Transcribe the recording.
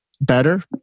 better